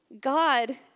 God